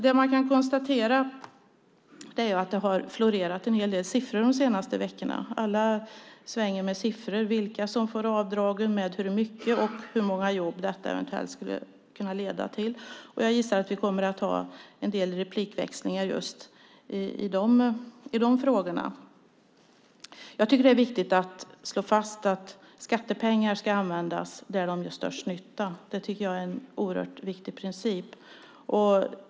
Det man kan konstatera är att det har florerat en hel del siffror de senaste veckorna. Alla svänger sig med siffror på vilka som får avdragen, med hur mycket och hur många jobb detta eventuellt skulle kunna leda till. Jag gissar att vi kommer att ha en del replikväxlingar just i de frågorna. Jag tycker att det är viktigt att slå fast att skattepengar ska användas där de gör störst nytta. Det tycker jag är en oerhört viktig princip.